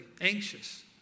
anxious